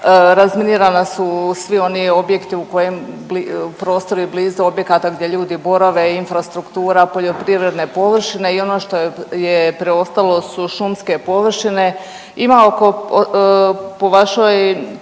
Razminirana su svi oni objekti u kojem, prostor je blizu objekata gdje ljudi borave, infrastrukture, poljoprivredne površine i ono što je preostalo su šumske površine.